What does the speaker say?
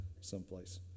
someplace